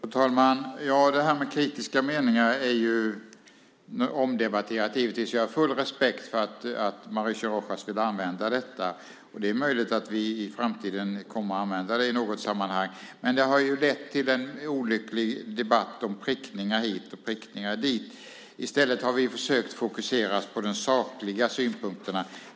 Fru talman! Det här med kritiska meningar är givetvis omdebatterat. Jag har full respekt för att Mauricio Rojas vill använda detta. Det är möjligt att vi i framtiden kommer att använda det i något sammanhang. Men det har lett till en olycklig debatt om prickningar hit och prickningar dit. I stället har vi försökt fokusera på de sakliga synpunkterna.